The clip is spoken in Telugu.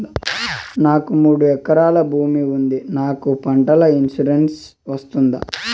నాకు మూడు ఎకరాలు భూమి ఉంది నాకు పంటల ఇన్సూరెన్సు వస్తుందా?